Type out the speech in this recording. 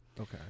okay